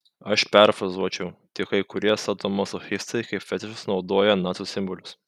aš perfrazuočiau tik kai kurie sadomazochistai kaip fetišus naudoja nacių simbolius